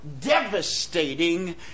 devastating